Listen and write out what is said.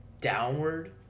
downward